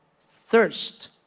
thirst